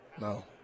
No